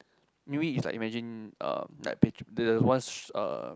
maybe it's like imagining uh like patri~ the once uh